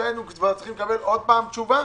שהיינו צריכים לקבל שוב תשובה.